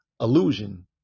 illusion